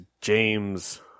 James